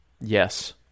yes